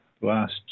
last